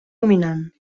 dominant